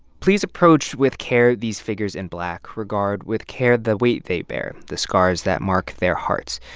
please approach with care these figures in black. regard with care the weight they bear, the scars that mark their hearts.